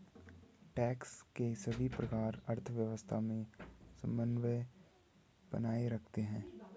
tax के सभी प्रकार अर्थव्यवस्था में समन्वय बनाए रखते हैं